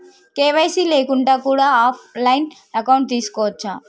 KYC లేకుండా కూడా offline account తీసుకోవచ్చా?